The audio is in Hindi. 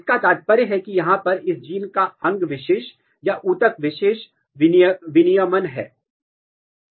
इसका तात्पर्य है कि यहां पर इस जीन का अंग विशेष या उत्तक विशेष विनियमन है